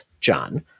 John